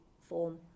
form